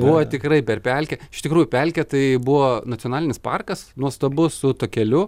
buvo tikrai per pelkę iš tikrųjų pelkė tai buvo nacionalinis parkas nuostabus su takeliu